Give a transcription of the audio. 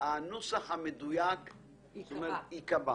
הנוסח המדויק ייקבע.